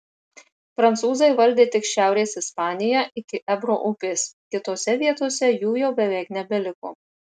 prancūzai valdė tik šiaurės ispaniją iki ebro upės kitose vietose jų jau beveik nebeliko